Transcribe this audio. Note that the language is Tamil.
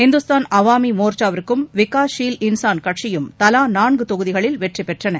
இந்துஸ்தான் அவாமி மோர்ச்சாவும் விகாஸ் ஷீல் இன்சான் கட்சியும் தலா நான்கு தொகுதிகளில் வெற்றி பெற்றன